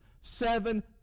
Seven